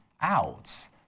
out